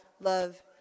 love